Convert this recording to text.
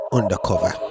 Undercover